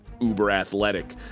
uber-athletic